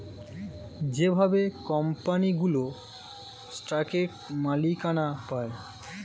যেভাবে কোম্পানিগুলো স্টকের মালিকানা পায়